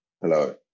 Hello